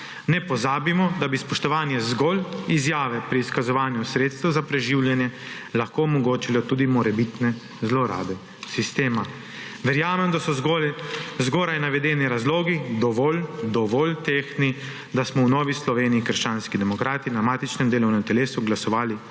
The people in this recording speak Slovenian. Ne pozabimo, da bi spoštovanje zgolj izjave pri izkazovanju sredstev za preživljanje lahko omogočilo tudi morebitne zlorabe sistema. Verjamem, da so zgoraj navedeni razlogi dovolj, dovolj tehtni, da smo v Novi Sloveniji – krščanski demokrati na matičnem delovnem telesu glasovali